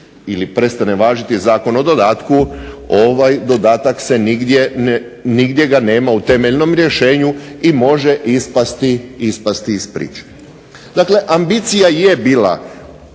ili prestane važiti Zakon o dodatku ovaj dodatak nigdje ga nema u temeljnom rješenju i može ispasti iz priče. Dakle, ambicija je bila